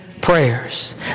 prayers